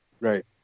Right